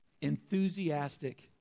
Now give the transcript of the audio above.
enthusiastic